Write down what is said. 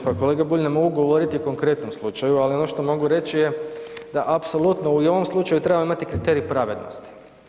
Pa kolega Bulj, ne mogu govoriti o konkretnom slučaju, ali ono što mogu reći je da apsolutno i u ovom slučaju treba imati kriterij pravednosti.